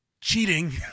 cheating